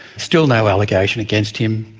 still no allegation against him.